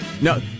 No